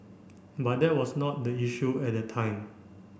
but that was not the issue at that time